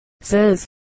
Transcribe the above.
says